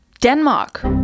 Denmark